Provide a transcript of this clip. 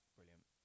Brilliant